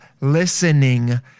listening